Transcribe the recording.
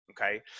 okay